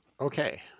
Okay